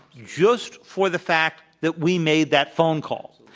just for the fact that we made that phone call.